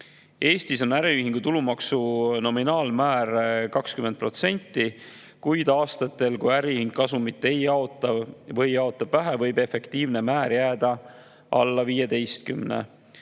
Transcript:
Eestis on äriühingu tulumaksu nominaalmäär 20%, kuid aastatel, kui äriühing kasumit ei jaota või jaotab vähe, võib efektiivne määr jääda alla 15%.